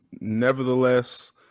nevertheless